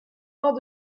hors